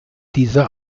dieser